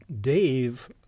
Dave